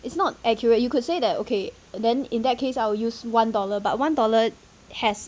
it's not accurate you could say that okay then in that case I will use one dollar but one dollar has